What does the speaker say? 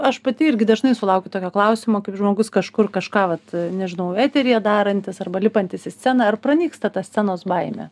aš pati irgi dažnai sulaukiu tokio klausimo kaip žmogus kažkur kažką vat nežinau eteryje darantis arba lipantis į sceną ar pranyksta ta scenos baimė